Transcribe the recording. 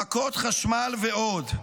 מכות חשמל ועוד.